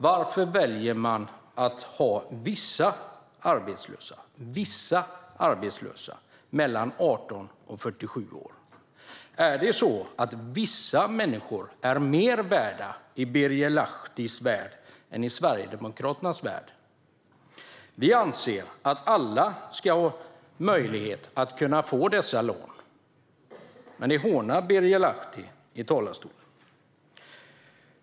Varför väljer man att rikta lånet till vissa arbetslösa mellan 18 och 47 år? Är det så att vissa människor är mer värda i Birger Lahtis värld än i Sverigedemokraternas värld? Vi anser att alla ska ha möjlighet att få dessa lån. Men det hånar Birger Lahti i talarstolen.